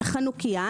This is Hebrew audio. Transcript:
חנוכייה,